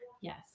Yes